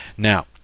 Now